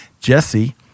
Jesse